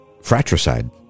Fratricide